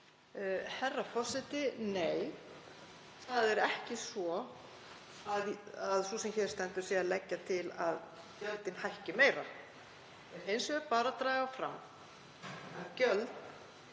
Herra forseti. Nei, það er ekki svo að sú sem hér stendur sé að leggja til að gjöldin hækki meira. Ég er bara að draga fram